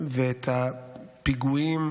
ואת הפיגועים